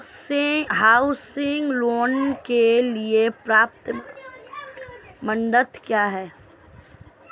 Housing loan के लिए पात्रता मानदंड क्या हैं?